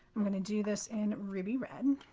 i'm going to do this in ruby red.